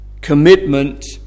commitment